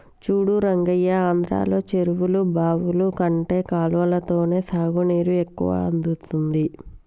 చూడు రంగయ్య ఆంధ్రలో చెరువులు బావులు కంటే కాలవలతోనే సాగునీరు ఎక్కువ అందుతుంది